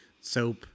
soap